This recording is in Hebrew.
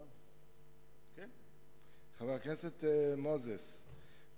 חבר הכנסת מוזס,